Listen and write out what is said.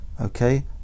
okay